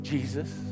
Jesus